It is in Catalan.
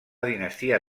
dinastia